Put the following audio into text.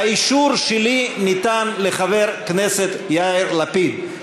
האישור שלי ניתן לחבר הכנסת יאיר לפיד.